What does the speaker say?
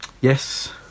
Yes